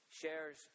shares